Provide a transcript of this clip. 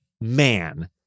man